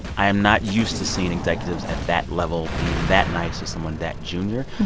i am not used to seeing executives at that level being that nice to someone that junior.